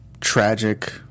tragic